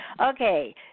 Okay